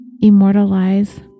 immortalize